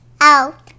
out